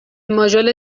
ماژول